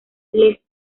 les